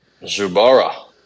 Zubara